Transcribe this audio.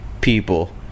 people